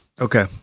Okay